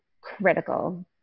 critical